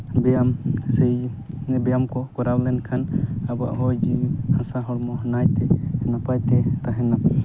ᱵᱮᱭᱟᱢ ᱥᱮ ᱵᱮᱭᱟᱢ ᱠᱚ ᱠᱚᱨᱟᱣ ᱢᱮᱱᱠᱷᱟᱱ ᱟᱵᱚᱣᱟᱜ ᱦᱚᱭ ᱡᱤᱣᱤ ᱦᱟᱥᱟ ᱦᱚᱲᱢᱚ ᱱᱟᱭᱛᱮ ᱱᱟᱯᱟᱭᱛᱮ ᱛᱟᱦᱮᱱ ᱢᱟ